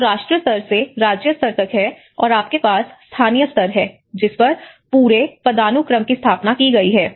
जो राष्ट्र स्तर से राज्य स्तर तक है और आपके पास स्थानीय स्तर है जिस पर पूरे पदानुक्रम की स्थापना की गई है